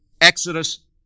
Exodus